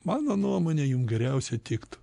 mano nuomonė jum geriausiai tiktų